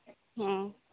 ହଁ